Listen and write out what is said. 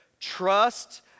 Trust